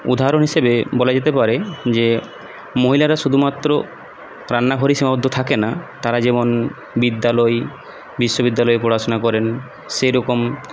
উদাহরণ হিসেবে বলা যেতে পারে যে মহিলারা শুধুমাত্র রান্নাঘরেই সীমাবদ্ধ থাকে না তারা যেমন বিদ্যালয় বিশ্ববিদ্যালয়ে পড়াশোনা করেন সেইরকম